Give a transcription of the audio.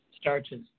starches